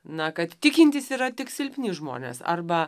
na kad tikintys yra tik silpni žmonės arba